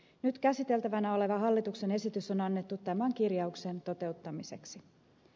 nyt käsiteltävänä oleva hallituksen esitys on annettu tämän kirjauksen toteuttamiseksi